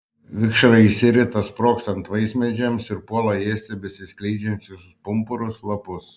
vikšrai išsirita sprogstant vaismedžiams ir puola ėsti besiskleidžiančius pumpurus lapus